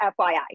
FYI